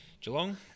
Geelong